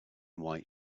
white